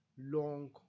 long